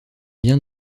bien